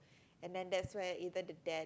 and then that's where either the dad